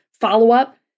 follow-up